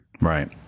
Right